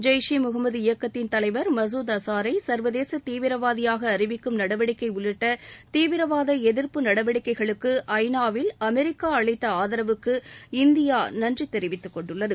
ஜெய்ஷ் இ முகமது இயக்கத்தின் தலைவர் மசூத் அசாரை சர்வதேச தீவிரவாதியாக அறிவிக்கும் நடவடிக்கை உள்ளிட்ட தீவிரவாத எதிர்ப்பு நடவடிக்கைகளுக்கு ஐநாவில் அமெரிக்கா அளித்த ஆதரவுக்கு இந்தியா நன்றி தெரிவித்துக்கொண்டுள்ளது